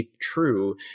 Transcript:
true